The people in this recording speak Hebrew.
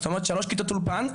זאת אורמת שלוש כיתות אולפן,